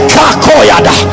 Kakoyada